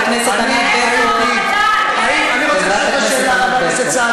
ואני באמת קורא לך: תפסיקו את הצביעות.